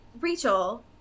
Rachel